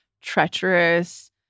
treacherous